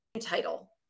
Title